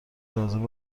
لازم